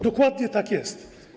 Dokładnie tak jest.